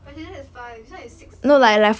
president is five this [one] is six